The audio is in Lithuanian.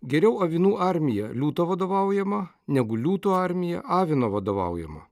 geriau avinų armija liūto vadovaujama negu liūtų armija avino vadovaujama